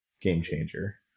game-changer